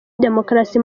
demokarasi